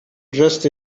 dressed